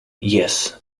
yes